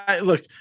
Look